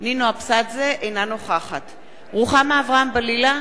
אינה נוכחת רוחמה אברהם-בלילא,